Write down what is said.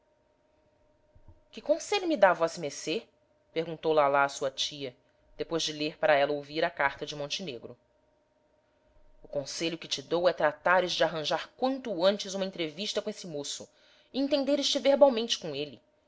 que conselho me dá vossemecê perguntou lalá à sua tia depois de ler para ela ouvir a carta de montenegro o conselho que te dou é tratares de arranjar quanto antes uma entrevista com esse moço e entenderes te verbalmente com ele